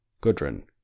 Gudrun